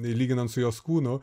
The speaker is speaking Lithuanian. lyginant su jos kūnu